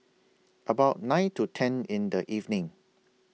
about nine to ten in The evening